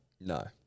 no